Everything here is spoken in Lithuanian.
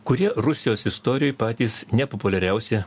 kurie rusijos istorijoje patys nepopuliariausi